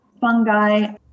fungi